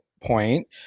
point